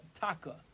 Taka